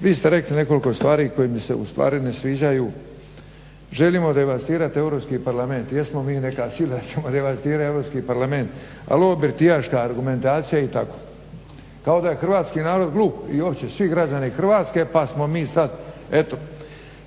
Vi ste rekli nekoliko stvari koje mi se ustvari ne sviđaju. Želimo devastirati EU parlament. Jesmo mi neka sila da ćemo devastirati EU parlament, ali ovo birtijaška argumentacija i tako. Kao da je hrvatski narod glup i uopće svi građani Hrvatske pa smo mi sada eto.